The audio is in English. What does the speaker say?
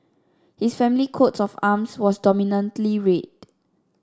his family coat of arms was dominantly red